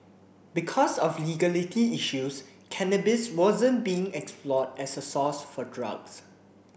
because of legality issues cannabis wasn't being explored as a source for drugs